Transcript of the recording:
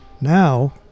Now